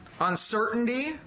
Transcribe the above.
uncertainty